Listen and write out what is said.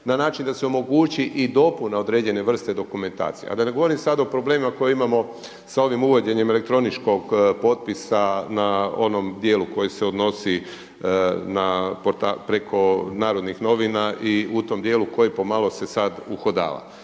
na način da se omogući i dopuna određene vrste dokumentacije. A da ne govorim sada o problemima koje imamo sa ovim uvođenjem elektroničkog potpisa na onom dijelu koji se odnosi, preko Narodnih novina i u tom dijelu koji po malo se sada uhodava.